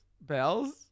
Bells